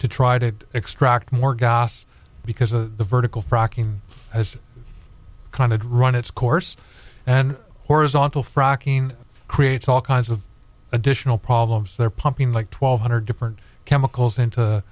to try to extract more gas because the vertical fracking has kind of run its course and horizontal fracking creates all kinds of additional problems they're pumping like twelve hundred different chemicals into